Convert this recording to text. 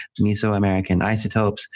Mesoamericanisotopes